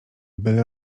byle